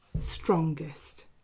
strongest